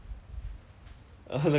ah ah ah what's that called ah